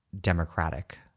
democratic